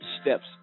steps